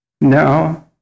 now